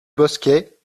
bosquet